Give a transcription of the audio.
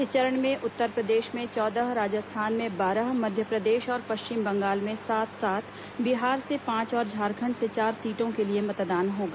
इस चरण में उत्तरप्रदेश में चौदह राजस्थान में बारह मध्यप्रदेश और पश्चिम बंगाल में सात सात बिहार से पांच और झारखंड से चार सीटों के लिए मतदान होगा